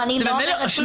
אני לא אומרת כלום.